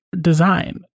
design